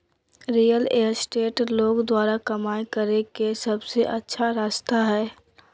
real estate लोग द्वारा कमाय करे के सबसे अच्छा रास्ता हइ